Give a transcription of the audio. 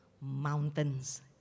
mountains